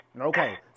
Okay